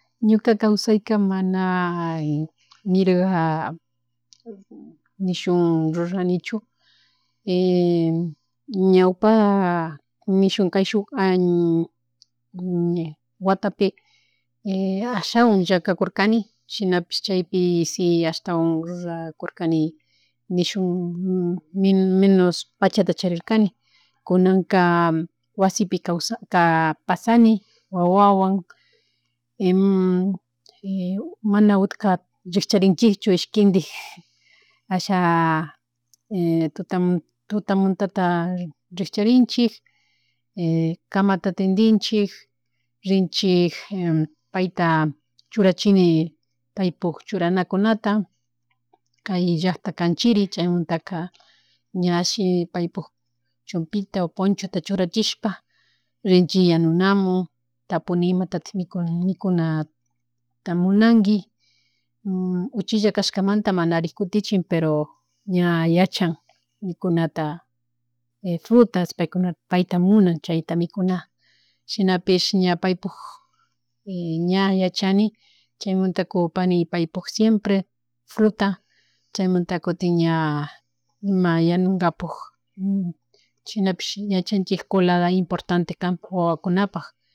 Ñukaka kawsayka mana mirga nishuk rurarnichu ñawpa nishun kawshu watapi ashawan llankakurkani shinapish chaypi si ashatawan rurakun nishun mi- menos pachata charirkani, kunanka wasipi kaw- ka pasani wawawan mana utka rickcharinchuk ishkindik asha tutamuntata rikcharinchik camata tindinchik rinchik paita churachini paypuk churanakunata kay llackta kan chiri chauymunta ka chashi paipuk chompita o ponchota churachishpa rinchik yanunamun tapuni imatatik minuni mikunata munangui uchilla kashkamanta manarik kutichin pero ña yachan mikunata e furtas paukuna, paita munan chauyta mikuna shinapish paypuk ña yachani chaymunta kupani paypuk siempre fruta chaymuntaka kutin ña ima yanungapuk, shinapish yachanchik colada importante kan wawakunapak.